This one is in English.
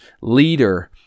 leader